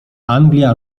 anglia